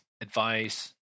advice